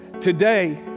Today